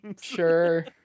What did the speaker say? Sure